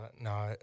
no